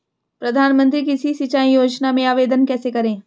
प्रधानमंत्री कृषि सिंचाई योजना में आवेदन कैसे करें?